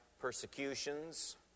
persecutions